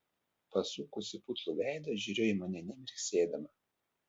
pasukusi putlų veidą žiūrėjo į mane nemirksėdama